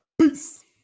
Peace